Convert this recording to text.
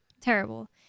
Terrible